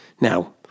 Now